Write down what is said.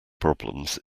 problems